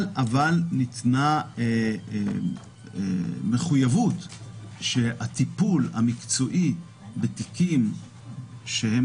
אבל ניתנה מחויבות שהטיפול המקצועי בתיקים שהם